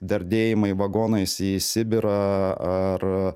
dardėjimai vagonais į sibirą ar